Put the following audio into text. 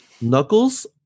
Knuckles